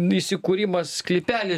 įsikūrimas sklypely